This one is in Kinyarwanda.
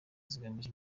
zigamije